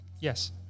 yes